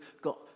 got